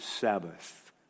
Sabbath